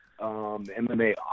MMA